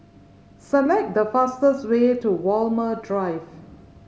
select the fastest way to Walmer Drive